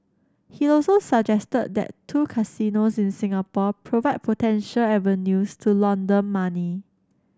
he also suggested that two casinos in Singapore provide potential avenues to launder money